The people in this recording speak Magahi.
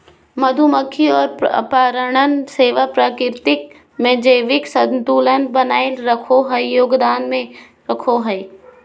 मधुमक्खी और परागण सेवा प्रकृति में जैविक संतुलन बनाए रखे में योगदान करो हइ